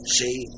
see